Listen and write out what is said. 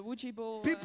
People